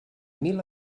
mil